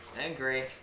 Angry